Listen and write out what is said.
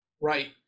right